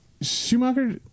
Schumacher